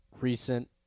recent